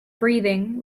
breathing